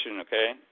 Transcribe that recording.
okay